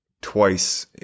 twice